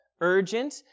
urgent